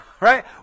Right